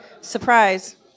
surprise